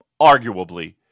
arguably